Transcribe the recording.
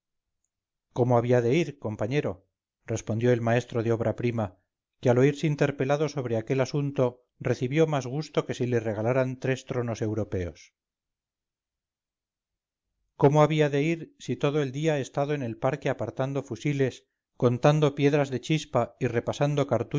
cómo había de ir compañero respondió el maestro de obra prima que al oírse interpelado sobre aquel asunto recibió más gusto que si le regalaran tres tronos europeos cómo había de ir si todo el día he estado en el parque apartando fusiles contando piedras de chispa y repasando